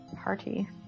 party